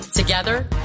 Together